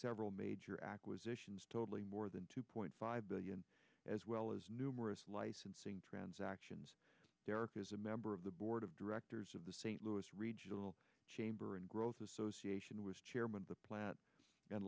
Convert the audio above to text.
several major acquisitions totaling more than two point five billion as well as numerous licensing transactions there is a member of the board of directors of the st louis regional chamber and growth association was chairman of the plant and